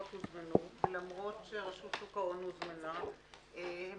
החוק על הלוואות לדיור שהגופים הממסדיים נותנים.